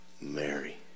Mary